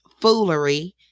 foolery